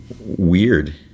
weird